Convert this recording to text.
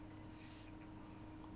ah